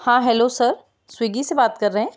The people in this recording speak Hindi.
हाँ हेलो सर स्विगी से बात कर रहे हैं